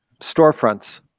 storefronts